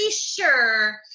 sure